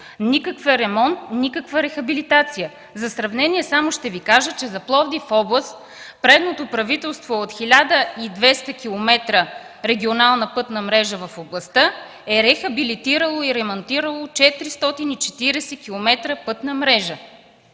никакъв ремонт, никаква рехабилитация. За сравнение само ще Ви кажа, че за Пловдив-област предното правителство от 1200 км регионална пътна мрежа в областта е рехабилитирало и ремонтирало 440 км пътна мрежа.